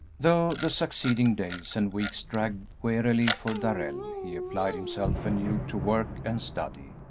though the succeeding days and weeks dragged wearily for darrell, he applied himself anew to work and study,